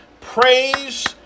praise